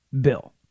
bill